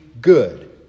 good